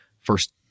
first